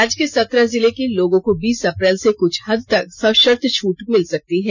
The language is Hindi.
राज्य के सत्रह जिले के लोगों को बीस अप्रैल से कुछ हद तक सषर्त छूट मिल सकती है